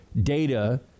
data